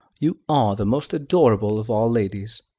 you are the most adorable of all ladies!